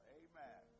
amen